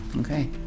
Okay